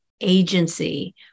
agency